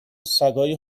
سگای